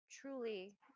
truly